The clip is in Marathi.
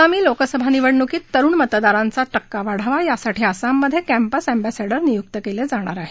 आगामी लोकसभा निवडणुकीत तरुण मतदारांचा टक्का वाढावा याकरता आसाममध्ये क्ष्पिस अब्रिसिडोर नियुक्त केले जाणार आहेत